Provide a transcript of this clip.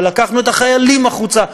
ולקחנו את החיילים החוצה.